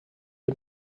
dem